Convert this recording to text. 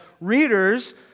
readers